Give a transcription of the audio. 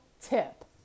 tip